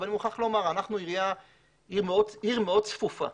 אנחנו עיר מאוד צפופה,